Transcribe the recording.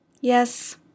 yes